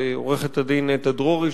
ולעורכת-הדין נטע דרורי,